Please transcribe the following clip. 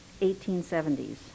1870s